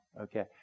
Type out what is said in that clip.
Okay